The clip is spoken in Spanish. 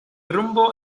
rumbo